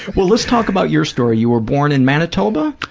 well let's talk about your story, you were born in manitoba?